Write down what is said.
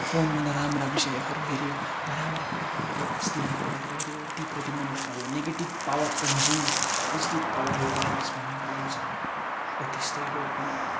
फोनमा नराम्रा विषयहरू हेऱ्यो नराम्रा कुराहरू हेऱ्यो अश्लील कुराहरू हेऱ्यो तीप्रति मन लगायो negative power consumes positive power revives भन्ने कुरा आउँछ र त्यस्तै हो यो पनि